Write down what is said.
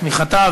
את תמיכתה,